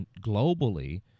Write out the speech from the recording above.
globally